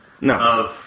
No